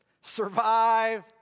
survive